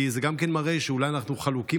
כי זה גם כן מראה שאולי אנחנו חלוקים